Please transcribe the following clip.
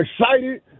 excited